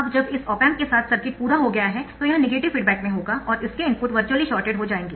अब जब इस ऑप एम्प के साथ सर्किट पूरा हो जाएगा तो यह नेगेटिव फीडबैक में होगा और इसके इनपुट वर्चुअली शॉर्टेड हो जाएंगे